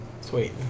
Sweet